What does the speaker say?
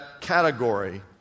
category